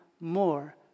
more